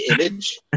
image